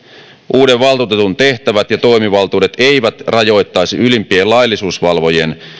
uuden valtuutetun tehtävät ja toimivaltuudet eivät rajoittaisi ylimpien laillisuusvalvojien